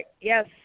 yes